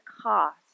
cost